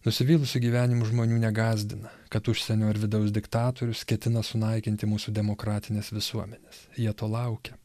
nusivylusių gyvenimu žmonių negąsdina kad užsienio ir vidaus diktatorius ketina sunaikinti mūsų demokratines visuomenes jie to laukia